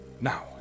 Now